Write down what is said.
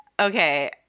Okay